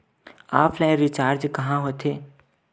Offline recharge कहां होथे?